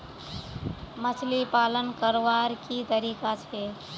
मछली पालन करवार की तरीका छे?